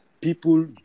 people